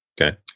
Okay